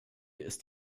ist